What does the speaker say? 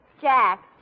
Jack